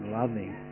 loving